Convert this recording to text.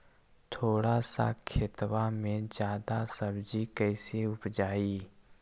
थोड़ा सा खेतबा में जादा सब्ज़ी कैसे उपजाई?